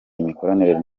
imikoranire